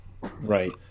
Right